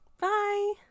Bye